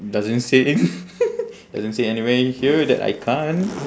it doesn't say it doesn't say anywhere in here that I can't